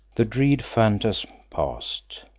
the dread phantasm passed,